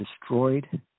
destroyed